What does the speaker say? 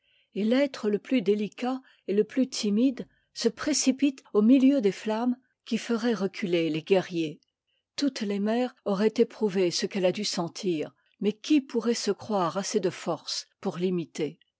et l'être le plus délicat et le plus timide s prénipitc au milieu des flammes qui feraient reculer les guerriers toutes les mères auraient éprouvé ce qu'elle a dû sentir mais qui pourrait se croire assez de force pour l'imiter